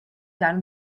done